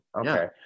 Okay